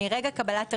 מרגע קבלת הרישיון,